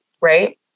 right